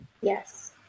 Yes